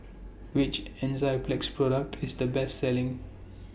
Which Enzyplex Product IS The Best Selling